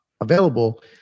available